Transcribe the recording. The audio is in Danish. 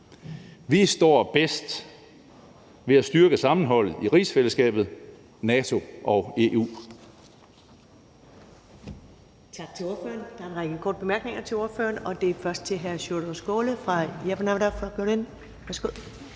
Vi står bedst ved at styrke sammenholdet i rigsfællesskabet, NATO og EU.